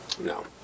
No